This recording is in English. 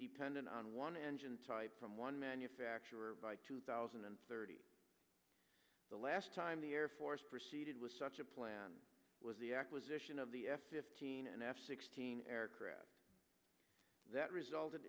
dependent on one engine type from one manufacturer thousand and thirty the last time the air force proceeded with such a plan was the acquisition of the f fifteen and f sixteen aircraft that result